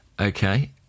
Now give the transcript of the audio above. Okay